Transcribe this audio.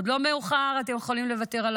עוד לא מאוחר, אתם יכולים לוותר על